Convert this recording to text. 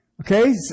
Okay